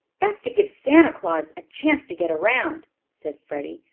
that's to give santa claus a chance to get around, said freddie.